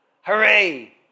Hooray